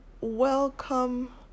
Welcome